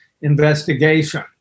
investigation